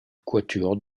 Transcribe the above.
quatuor